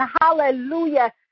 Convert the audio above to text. Hallelujah